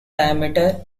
diameter